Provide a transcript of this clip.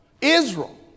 Israel